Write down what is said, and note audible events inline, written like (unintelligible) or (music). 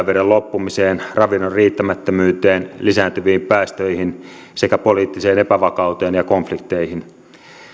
(unintelligible) veden loppumiseen ravinnon riittämättömyyteen lisääntyviin päästöihin sekä poliittiseen epävakauteen ja konflikteihin